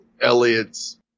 Elliot's